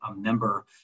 member